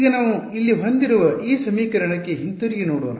ಈಗ ನಾವು ಇಲ್ಲಿ ಹೊಂದಿರುವ ಈ ಸಮೀಕರಣಕ್ಕೆ ಹಿಂತಿರುಗಿ ನೋಡೋಣ